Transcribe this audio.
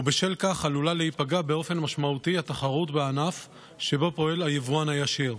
ובשל כך עלולה להיפגע באופן משמעותי התחרות בענף שבו פועל היבואן הישיר.